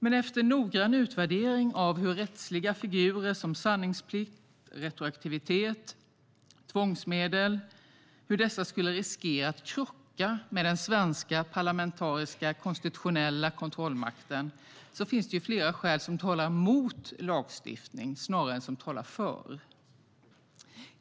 Men efter noggrann utvärdering av hur rättsliga figurer som sanningsplikt, retroaktivitet och tvångsmedel skulle riskera att krocka med den svenska parlamentariska konstitutionella kontrollmakten finns det fler skäl som talar mot lagstiftning än som talar för.